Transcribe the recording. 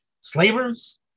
slavers